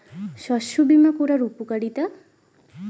শস্য বিমা করার উপকারীতা?